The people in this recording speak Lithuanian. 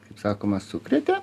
kaip sakoma sukrėtė